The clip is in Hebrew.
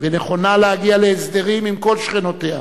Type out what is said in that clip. ונכונה להגיע להסדרים עם כל שכנותיה,